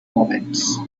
moments